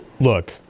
Look